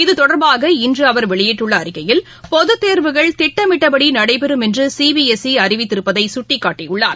இது தொடர்பாக இன்றுஅவர் வெளியிட்டுள்ளஅறிக்கையில் பொதுத் தேர்வுகள் திட்டமிட்டபடிநடைபெறும் என்றுசிபி எஸ் இ அறிவித்திருப்பதைசுட்டிக்காட்டியுள்ளார்